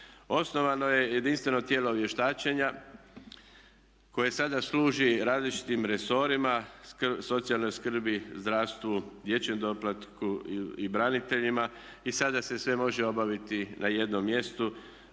Osnovano je jedinstveno tijelo vještačenja koje sad služi različitim resorima socijalne skrbi, zdravstvu, dječjem doplatku i braniteljima i sada se sve može obaviti na jednom mjestu